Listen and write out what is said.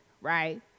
right